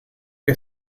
que